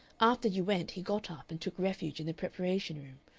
after you went he got up and took refuge in the preparation-room.